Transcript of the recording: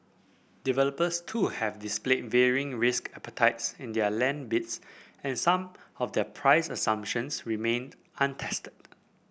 developers too have displayed varying risk appeties in their land bids and some of their price assumptions remained untested